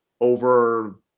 over